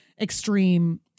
extreme